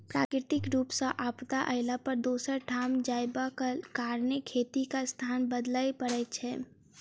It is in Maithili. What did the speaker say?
प्राकृतिक रूप सॅ आपदा अयला पर दोसर ठाम जायबाक कारणेँ खेतीक स्थान बदलय पड़ैत छलै